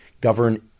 govern